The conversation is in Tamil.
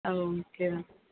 ah oh okay ma'am